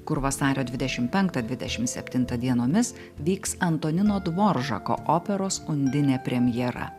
kur vasario dvidešim penktą dvidešim septintą dienomis vyks antonino dvoržako operos undinė premjera